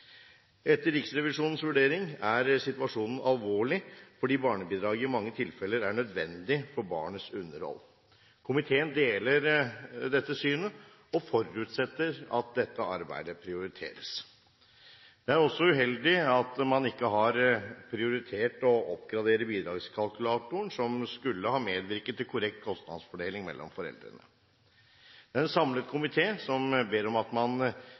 Etter Riksrevisjonens vurdering er situasjonen alvorlig fordi barnebidrag i mange tilfeller er nødvendig for barnets underhold. Komiteen deler dette synet og forutsetter at dette arbeidet prioriteres. Det er også uheldig at man ikke har prioritert å oppgradere bidragskalkulatoren som skulle ha medvirket til korrekt kostnadsfordeling mellom foreldrene. Det er en samlet komité som ber om at man